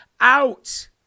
out